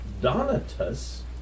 Donatus